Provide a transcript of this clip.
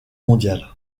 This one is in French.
mondiale